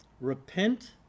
Repent